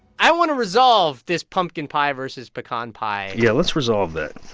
i want to resolve this pumpkin pie versus pecan pie. yeah. let's resolve that,